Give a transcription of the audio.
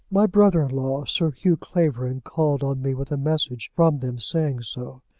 my brother-in-law, sir hugh clavering, called on me with a message from them saying so.